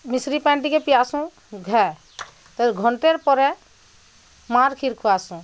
ମିଶ୍ରି ପାନି ଟିକେ ପିଆସୁଁ ଘାଏ ତାର୍ ଘଣ୍ଟେର୍ ପରେ ମାଁର୍ କ୍ଷୀର୍ ଖୁଆସୁଁ